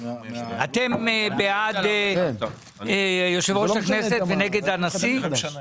אתם בעד יושב ראש הכנסת ונגד הנשיא?